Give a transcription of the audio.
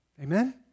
Amen